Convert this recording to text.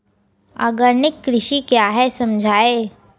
Organic कृषि क्या है समझाइए?